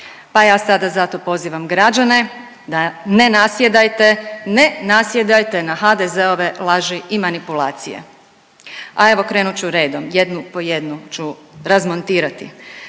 pa ja sada zato pozivam građane da ne nasjedajte, ne nasjedajte na HDZ-ove laži i manipulacije. A evo krenut ću redom, jednu po jednu ću razmontirati.